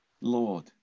Lord